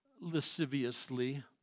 lasciviously